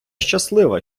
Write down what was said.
щаслива